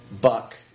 buck